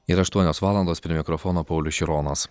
yra aštuonios valandos prie mikrofono paulius šironas